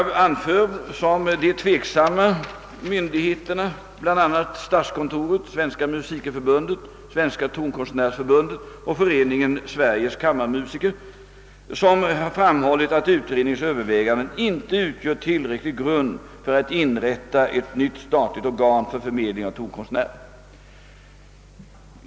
Bland de tveksamma återfinns statskontoret, Svenska musikerförbundet, Svenska tonkonstnärsförbundet och Föreningen Sveriges kammarmusiker, som har framhållit att utredningens överväganden inte utgör tillräeklig grund för att inrätta ett nytt statligt organ för förmedling av tonkonstnärer.